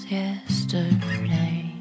yesterday